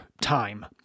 time